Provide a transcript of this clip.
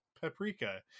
paprika